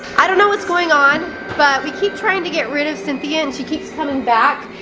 i don't know what's going on but we keep trying to get rid of cynthia and she keeps coming back.